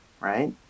Right